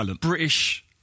British